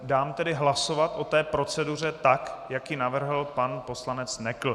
Dám tedy hlasovat o té proceduře tak, jak ji navrhl pan poslanec Nekl.